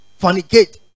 fornicate